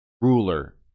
ruler